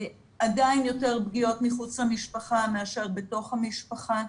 עדיין יותר פגיעות מחוץ למשפחה מאשר בתוך המשפחה.